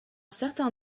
certain